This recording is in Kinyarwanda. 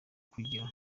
kugira